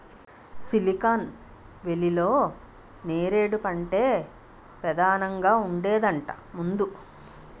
silicon వేలీలో నేరేడు పంటే పదానంగా ఉండేదట ముందు